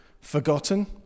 Forgotten